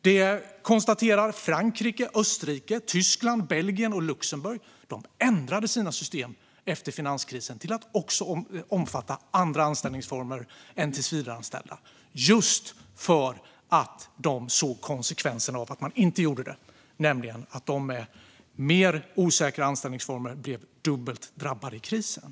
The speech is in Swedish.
Man konstaterar att Frankrike, Österrike, Tyskland, Belgien och Luxemburg efter finanskrisen ändrade sina system till att också omfatta andra anställningsformer än tillsvidareanställning just för att de såg konsekvensen av att de tidigare regelverken inte tog hänsyn till dem, alltså att de med mer osäkra anställningsformer blev dubbelt drabbade i krisen.